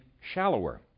shallower